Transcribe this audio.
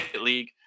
League